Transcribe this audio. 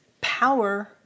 power